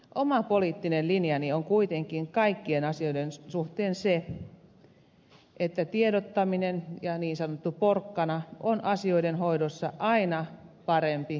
oma poliittinen linjani on kuitenkin kaikkien asioiden suhteen se että tiedottaminen ja niin sanottu porkkana on asioiden hoidossa aina parempi kuin keppi